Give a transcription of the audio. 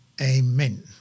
Amen